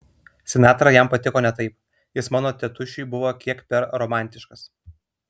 sinatra jam patiko ne taip jis mano tėtušiui buvo kiek per romantiškas